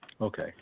Okay